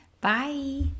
Bye